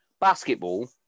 Basketball